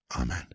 Amen